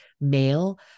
male